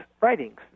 writings